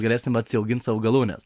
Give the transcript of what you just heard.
galėsim atsiaugint savo galūnes